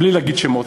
בלי להגיד שמות,